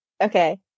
okay